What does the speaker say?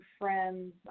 friends